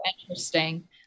interesting